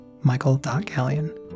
michael.gallion